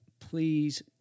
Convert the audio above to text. please